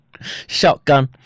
shotgun